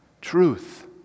truth